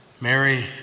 Mary